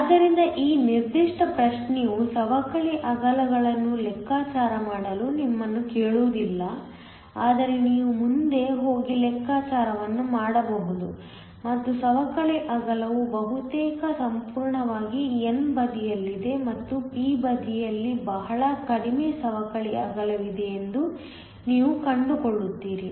ಆದ್ದರಿಂದ ಈ ನಿರ್ದಿಷ್ಟ ಪ್ರಶ್ನೆ ಯು ಸವಕಳಿ ಅಗಲಗಳನ್ನು ಲೆಕ್ಕಾಚಾರ ಮಾಡಲು ನಿಮ್ಮನ್ನು ಕೇಳುವುದಿಲ್ಲ ಆದರೆ ನೀವು ಮುಂದೆ ಹೋಗಿ ಲೆಕ್ಕಾಚಾರವನ್ನು ಮಾಡಬಹುದು ಮತ್ತು ಸವಕಳಿ ಅಗಲವು ಬಹುತೇಕ ಸಂಪೂರ್ಣವಾಗಿ n ಬದಿಯಲ್ಲಿದೆ ಮತ್ತು ಪಿ ಬದಿಯಲ್ಲಿ ಬಹಳ ಕಡಿಮೆ ಸವಕಳಿ ಅಗಲವಿದೆ ಎಂದು ನೀವು ಕಂಡುಕೊಳ್ಳುತ್ತೀರಿ